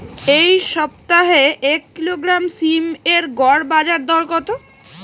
এই সপ্তাহে এক কিলোগ্রাম সীম এর গড় বাজার দর কত?